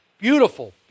beautiful